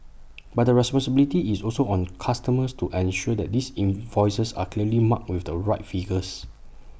but the responsibility is also on customers to ensure that these invoices are clearly marked with the right figures